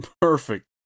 perfect